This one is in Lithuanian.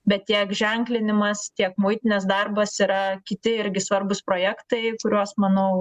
bet tiek ženklinimas tiek muitinės darbas yra kiti irgi svarbūs projektai kuriuos manau